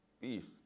peace